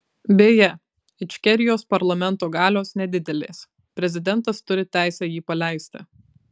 beje ičkerijos parlamento galios nedidelės prezidentas turi teisę jį paleisti